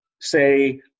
say